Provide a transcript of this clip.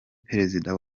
perezida